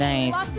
Nice